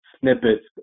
snippets